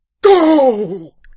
go